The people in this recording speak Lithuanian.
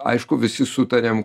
aišku visi sutariam